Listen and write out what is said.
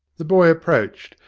the boy approached,